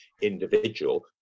individual